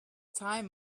time